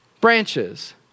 branches